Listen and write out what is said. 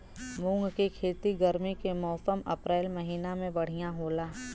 मुंग के खेती गर्मी के मौसम अप्रैल महीना में बढ़ियां होला?